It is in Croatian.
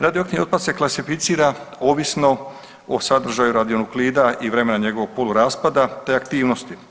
Radioaktivni otpad se klasificira ovisno o sadržaju radionuklida i vremena njegovog poluraspada te aktivnosti.